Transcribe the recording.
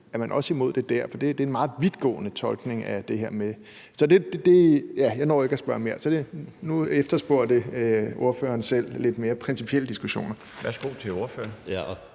så må sige, ikke fungerer? For det er en meget vidtgående tolkning af det. Ja, jeg når ikke at spørge om mere. Nu efterspurgte ordføreren selv lidt mere principielle diskussioner. Kl. 13:11 Den